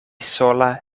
sola